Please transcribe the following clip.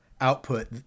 output